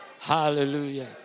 hallelujah